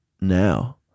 now